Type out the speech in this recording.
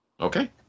Okay